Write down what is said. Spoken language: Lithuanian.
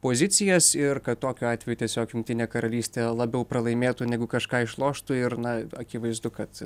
pozicijas ir kad tokiu atveju tiesiog jungtinė karalystė labiau pralaimėtų negu kažką išloštų ir na akivaizdu kad